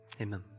Amen